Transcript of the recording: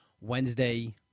Wednesday